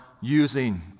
using